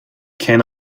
can